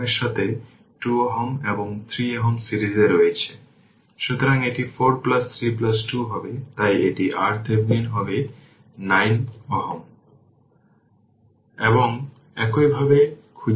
এই রেজিস্ট্যান্স যেমন এই রেজিস্ট্যান্সের মধ্য দিয়ে কারেন্ট প্রবাহিত হবে তা সম্পূর্ণ বিচ্ছিন্ন হয়ে যাবে কারণ সেখানে আমি শুধু বলছি কারেন্ট প্রবাহটি এমনভাবে নেবে যেমন এই কারেন্ট প্রবাহটি এভাবে লাগবে